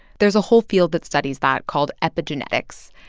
there's a whole field that studies that called epigenetics.